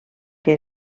que